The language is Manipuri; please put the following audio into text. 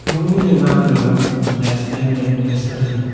ꯂꯣꯏꯅ ꯉꯥꯡꯅꯔꯕ ꯅꯦꯁꯅꯦꯜ ꯂꯦꯡꯒ꯭ꯋꯦꯖ ꯑꯃꯅꯤ